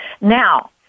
Now